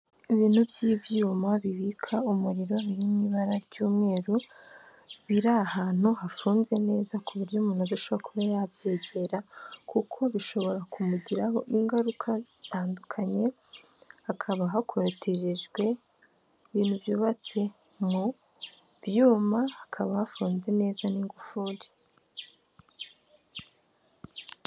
Ibintu by'ibyuma bibika umuriro biri mu ibara ry'umweru, biri ahantu hafunze neza ku buryo umuntu adashobora kuba yabyegera, kuko bishobora kumugiraho ingaruka zitandukanye. Hakaba hakorotirijwe ibintu byubatse mu byuma, hakaba hafunze neza n'ingufuri.